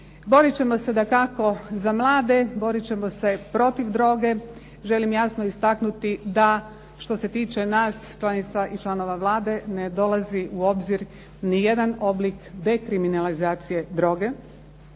Boriti ćemo se dakako za mlade, borit ćemo se protiv droge, želim jasno istaknuti da što se tiče nas, članica i članova Vlada ne dolazi u oblik niti jedan oblik dekriminalizacije droge,